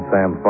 Sam